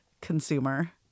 consumer